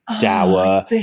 dower